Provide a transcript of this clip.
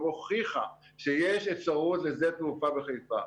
שהוכיחה שיש אפשרות לשדה תעופה בחיפה.